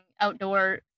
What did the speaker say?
outdoor